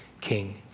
King